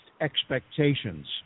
expectations